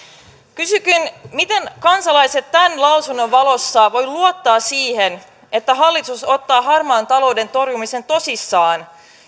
kysynkin miten kansalaiset tämän lausunnon valossa voivat luottaa siihen että hallitus ottaa harmaan talouden torjumisen tosissaan